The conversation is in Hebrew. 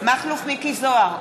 מכלוף מיקי זוהר,